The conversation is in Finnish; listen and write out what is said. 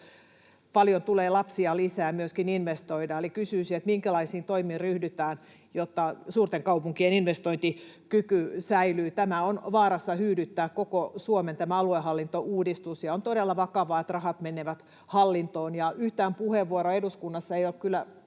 Paljon tulee lapsia lisää, myöskin investoidaan. Eli kysyisin: minkälaisiin toimiin ryhdytään, jotta suurten kaupunkien investointikyky säilyy? Tämä aluehallintouudistus on vaarassa hyydyttää koko Suomen, ja on todella vakavaa, että rahat menevät hallintoon. Yhtään puheenvuoroa eduskunnassa ei ole kyllä